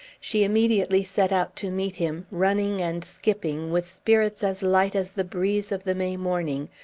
she immediately set out to meet him, running and skipping, with spirits as light as the breeze of the may morning,